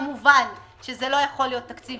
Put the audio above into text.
כמובן שזה לא יכול להיות תקציב